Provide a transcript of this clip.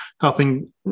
helping